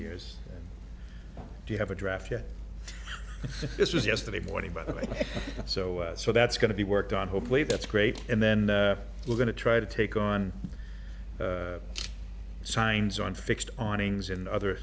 years do you have a draft yet this was yesterday morning by the way so so that's going to be worked out hopefully that's great and then we're going to try to take on signs on fixed awnings and other